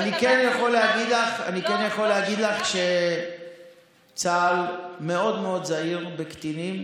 אבל אני כן יכול להגיד לך שצה"ל מאוד מאוד זהיר בקטינים,